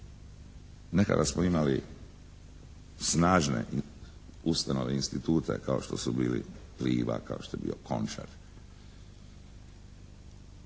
Nekada smo imali snažne ustanove, institute kao što su bili Pliva, kao što je bio Končar,